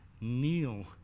kneel